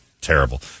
terrible